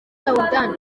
soudan